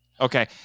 Okay